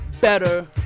better